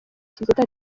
kizito